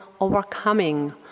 overcoming